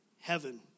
heaven